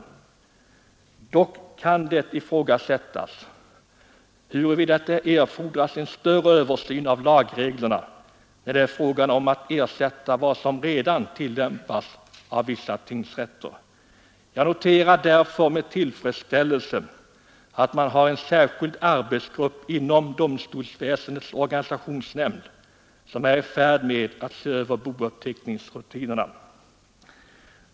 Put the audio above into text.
Det kan emellertid ifrågasättas huruvida det erfordras en större översyn av lagreglerna när det är fråga om att ersätta den ordning som redan tillämpas av vissa tingsrätter. Jag noterar därför "med tillfredsställelse att man har en särskild arbetsgrupp inom domstolsväsendets organisationsnämnd som är i färd med att se över bouppteckningsrutinerna.